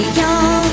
young